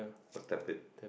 what's tablet